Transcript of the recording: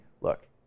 look